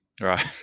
right